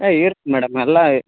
ಹಾಂ ಇರತ್ ಮೇಡಮ್ ಎಲ್ಲ